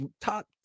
top